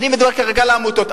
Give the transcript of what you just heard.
אני מדבר כרגע על העמותות.